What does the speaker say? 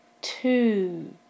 two